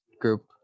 group